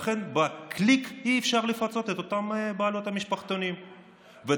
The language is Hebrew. ולכן אי-אפשר לפצות את אותן בעלות המשפחתונים בקליק.